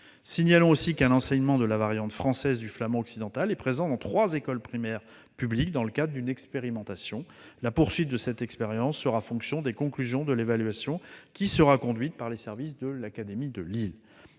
Signalons aussi qu'un enseignement de la variante française du flamand occidental est dispensé dans trois écoles primaires publiques dans le cadre d'une expérimentation. La poursuite de cette expérience sera fonction des conclusions de l'évaluation qui sera conduite par les services de l'académie de Lille.